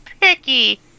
picky